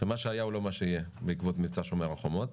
שמה שהיה הוא לא מה שיהיה בעקבות מבצע 'שומר החומות'.